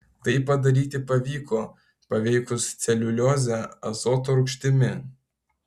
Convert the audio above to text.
tai padaryti pavyko paveikus celiuliozę azoto rūgštimi